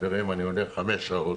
חמש שעות,